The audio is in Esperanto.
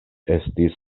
estis